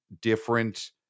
different